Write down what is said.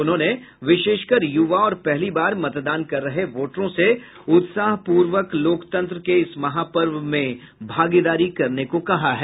उन्होंने विशेष कर यूवा और पहली बार मतदान कर रहे वोटरों से उत्साहपूर्वक लोकतंत्र के इस महापर्व में भागीदारी करने को कहा है